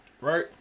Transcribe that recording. right